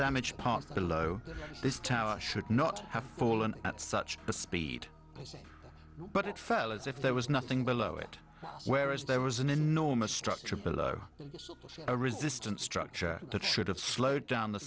undamaged part below this should not have fallen at such a speed but it fell as if there was nothing below it whereas there was an enormous structure below a resistant structure that should have slowed down the